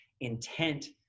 intent